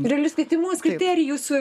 realius kvietimus kriterijus